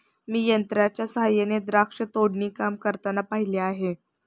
मी यंत्रांच्या सहाय्याने द्राक्ष तोडणी काम करताना पाहिले आहे